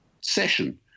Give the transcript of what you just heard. session